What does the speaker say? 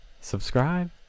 subscribe